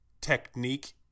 technique